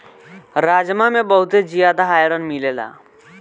राजमा में बहुते जियादा आयरन मिलेला